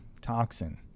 toxin